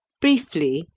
briefly,